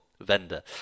vendor